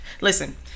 listen